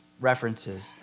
references